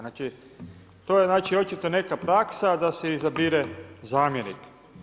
Znači, to je znači očito neka praksa da se izabire zamjenik.